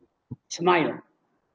smile